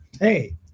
Hey